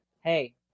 Hey